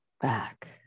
back